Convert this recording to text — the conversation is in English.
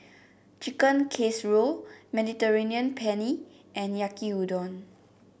Chicken Casserole Mediterranean Penne and Yaki Udon